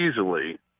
easily